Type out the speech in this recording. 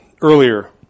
earlier